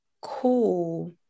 cool